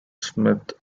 smith